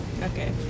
okay